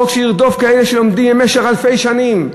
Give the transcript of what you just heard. חוק שירדוף כאלה שלומדים במשך אלפי שנים,